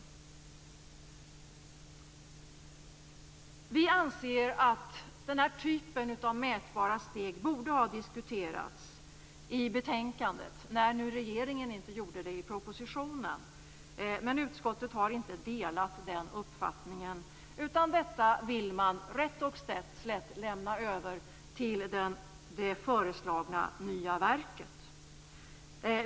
Vi anser att den typen av mätbara steg borde ha diskuterats i betänkandet när nu regeringen inte gjorde det i propositionen. Men utskottet har inte delat den uppfattningen, utan detta vill man rätt och slätt lämna över till det föreslagna nya verket.